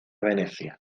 venecia